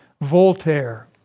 Voltaire